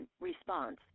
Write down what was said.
Response